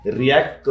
react